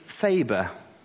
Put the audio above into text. Faber